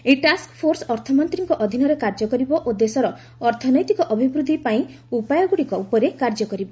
ଏହି ଟାସ୍କଫୋର୍ସ ଅର୍ଥମନ୍ତ୍ରାଙ୍କ ଅଧୀନରେ କାର୍ଯ୍ୟ କରିବ ଓ ଦେଶର ଅର୍ଥନୈତିକ ଅଭିବୃଦ୍ଧି ପାଇଁ ଉପାୟଗୁଡ଼ିକ ଉପରେ କାର୍ଯ୍ୟ କରିବ